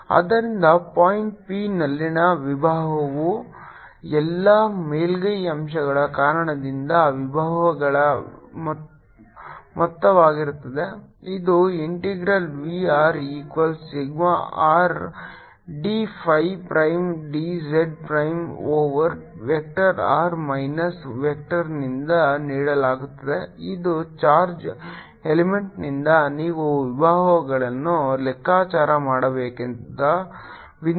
ಆದ್ದರಿಂದ point p ನಲ್ಲಿನ ವಿಭವವು ಎಲ್ಲಾ ಮೇಲ್ಮೈ ಅಂಶಗಳ ಕಾರಣದಿಂದ ವಿಭವಗಳ ಮೊತ್ತವಾಗಿರುತ್ತದೆ ಇದು integral v r equals sigma R d phi prime d z prime over vector r minus vector ನಿಂದ ನೀಡಲಾಗುತ್ತದೆ ಇದು ಚಾರ್ಜ್ ಎಲಿಮೆಂಟ್ನಿಂದ ನೀವು ವಿಭವಗಳನ್ನು ಲೆಕ್ಕಾಚಾರ ಮಾಡಬೇಕಾದ ಬಿಂದುವಿಗೆ ಇರುವ ಅಂತರವಾಗಿದೆ